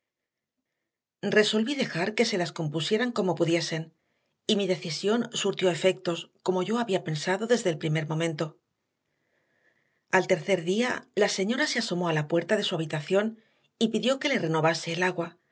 resolví dejar que se las compusieran como pudiesen y mi decisión surtió efectos como yo había pensado desde el primer momento al tercer día la señora se asomó a la puerta de su habitación y pidió que le renovase el agua